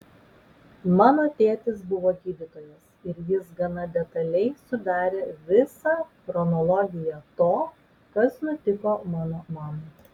mano tėtis buvo gydytojas ir jis gana detaliai sudarė visą chronologiją to kas nutiko mano mamai